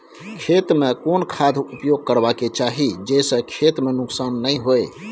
खेत में कोन खाद उपयोग करबा के चाही जे स खेत में नुकसान नैय होय?